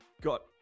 got